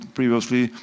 previously